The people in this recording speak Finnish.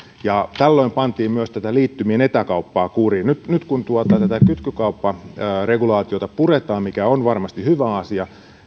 tällöin pantiin myös tätä liittymien etäkauppaa kuriin nyt nyt kun tätä kytkykaupparegulaatiota puretaan mikä on varmasti hyvä asia